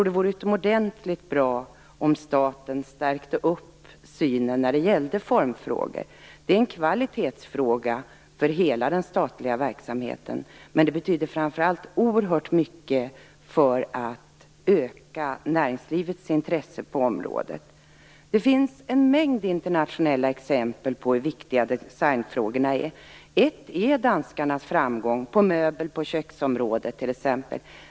Det vore utomordentligt bra om staten stärkte synen på formfrågor. Detta är en kvalitetsfråga för hela den statliga verksamheten. Men det betyder framför allt oerhört mycket för att öka näringslivets intresse på området. Det finns en mängd internationella exempel på hur viktiga designfrågorna är. Ett exempel är danskarnas framgång på möbel och köksområdena t.ex.